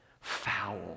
Foul